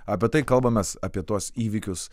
apie tai kalbamės apie tuos įvykius